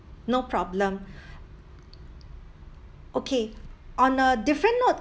no problem okay on a different note